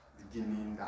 beginning